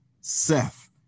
Seth